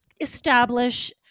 establish